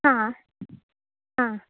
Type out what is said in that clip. हा हा